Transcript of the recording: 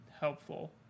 helpful